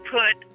put